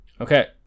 Okay